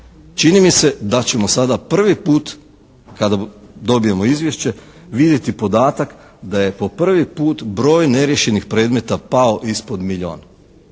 Čini mi se da ćemo sada prvi put kada dobijemo izvješće vidjeti podatak da je po prvi put broj neriješenih predmeta pao ispod milijun.